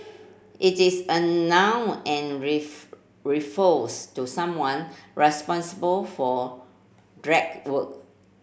it is a noun and refers to someone responsible for work